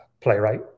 playwright